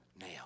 now